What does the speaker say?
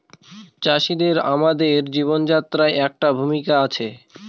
চাষিদের আমাদের জীবনযাত্রায় একটা ভূমিকা আছে